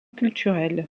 culturelle